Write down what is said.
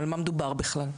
על מה מדובר בכלל.